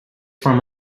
from